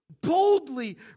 boldly